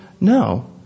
No